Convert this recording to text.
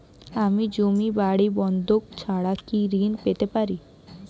আমি জমি বাড়ি বন্ধক ছাড়া কি ঋণ পেতে পারি?